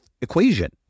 equation